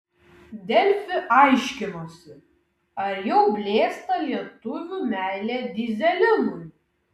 delfi aiškinosi ar jau blėsta lietuvių meilė dyzelinui